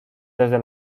desde